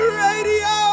radio